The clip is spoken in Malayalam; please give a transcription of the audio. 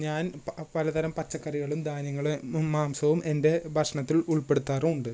ഞാൻ പ പലതരം പച്ചക്കറികളും ധാന്യങ്ങളും മും മാംസവും എൻ്റെ ഭക്ഷണത്തിൽ ഉൾപ്പെടുത്താറുവുണ്ട്